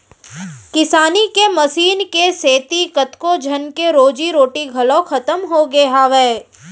किसानी के मसीन के सेती कतको झन के रोजी रोटी घलौ खतम होगे हावय